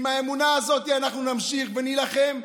עם האמונה הזאת אנחנו נמשיך ונילחם,